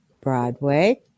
Broadway